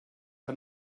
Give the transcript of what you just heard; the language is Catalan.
que